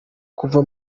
kuva